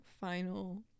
final